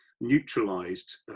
neutralized